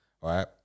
Right